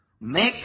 make